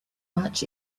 much